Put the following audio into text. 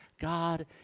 God